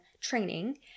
training